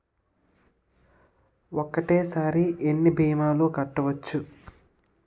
ఒక్కటేసరి ఎన్ని భీమాలు కట్టవచ్చు?